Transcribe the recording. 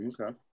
Okay